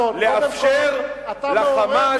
לאפשר ל"חמאס" דבר על מה שאתם עשיתם.